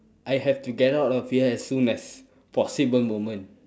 I have to get out of here as soon as possible moment